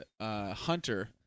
Hunter